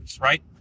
right